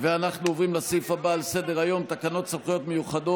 29 נגד,